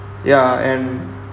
ya and